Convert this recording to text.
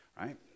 right